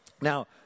Now